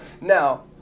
Now